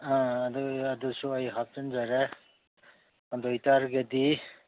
ꯑꯥ ꯑꯗꯨꯁꯨ ꯑꯩ ꯍꯥꯞꯆꯟꯖꯔꯦ ꯑꯗꯨ ꯑꯣꯏꯇꯥꯔꯒꯗꯤ